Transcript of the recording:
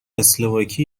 اسلواکی